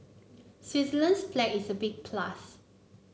Switzerland's flag is a big plus